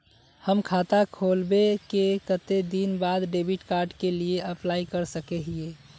हम खाता खोलबे के कते दिन बाद डेबिड कार्ड के लिए अप्लाई कर सके हिये?